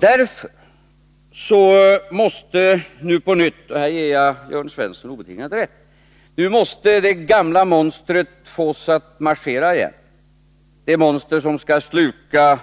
Därför måste nu på nytt — och här ger jag Jörn Svensson obetingat rätt — det gamla monstret fås att marschera igen, det monster som skall sluka